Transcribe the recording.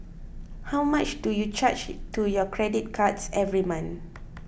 how much do you charge to your credit cards every month